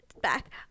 back